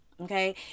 okay